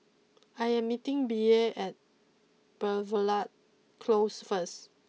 I am meeting Bea at Belvedere close first